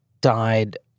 died